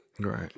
Right